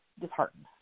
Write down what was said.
disheartened